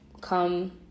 come